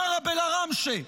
בערב אל-עראמשה?